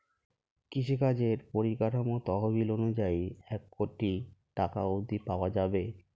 কৃষিকাজের পরিকাঠামো তহবিল অনুযায়ী এক কোটি টাকা অব্ধি পাওয়া যাবে